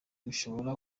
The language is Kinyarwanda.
bishobora